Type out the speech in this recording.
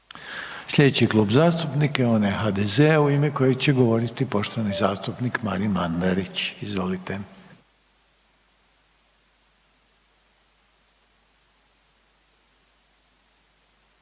Slijedeći Klub zastupnika je onaj HDZ-a u ime kojeg će govoriti poštovani zastupnik Marin Mandarić, izvolite.